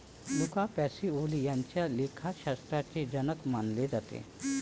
Luca Pacioli यांना लेखाशास्त्राचे जनक मानले जाते